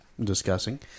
discussing